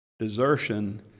Desertion